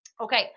Okay